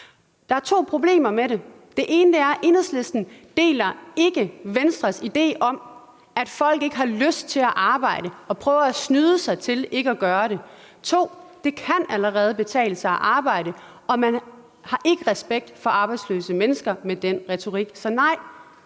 Der er to problemer med det. Det ene er, at Enhedslisten ikke deler Venstres ide om, at folk ikke har lyst til at arbejde og prøver at snyde sig til ikke at gøre det. Det andet er, at det allerede kan betale sig at arbejde, og at man ikke har respekt for arbejdsløse mennesker med den retorik. Så nej,